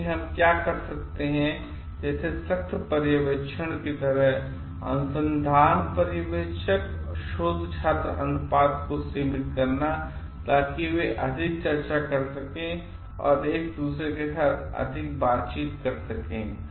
इसलिए हम क्या कर सकते हैं जैसे सख्त पर्यवेक्षण की तरह अनुसन्धान पर्यवेक्षक शोध छात्र अनुपात को सीमित करना ताकि वे अधिक चर्चा कर सकें एवं एक दूसरे केसाथ अधिक बातचीत कर सकें